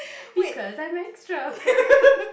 because I'm extra